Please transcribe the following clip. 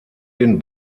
den